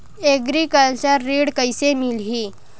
Agriculture ऋण कइसे मिलही?